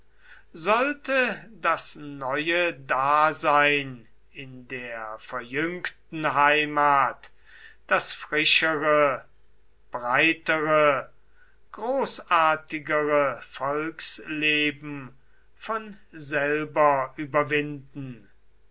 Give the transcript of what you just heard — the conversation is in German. sollte das neue dasein in der verjüngten heimat das frischere breitere großartigere volksleben von selber überwinden